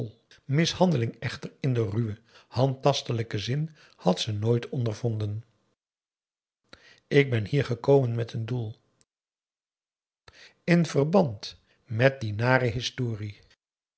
mishandeling echter in den ruwen handtastelijken zin had ze nooit ondervonden ik ben hier gekomen met een doel in verband met die nare historie